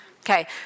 Okay